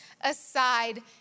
aside